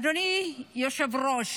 אדוני היושב-ראש,